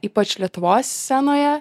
ypač lietuvos scenoje